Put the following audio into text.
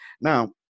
Now